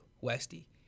Westy